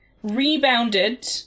rebounded